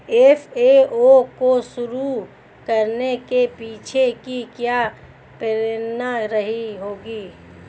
FAO को शुरू करने के पीछे की क्या प्रेरणा रही होगी?